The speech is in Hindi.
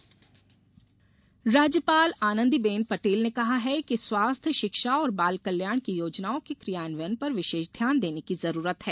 राज्यपाल राज्यपाल आनंदी बेन पटेल ने कहा है कि स्वास्थ्य शिक्षा और बाल कल्याण की योजनाओं के क्रियान्वयन पर विशेष ध्यान देने की जरूरत है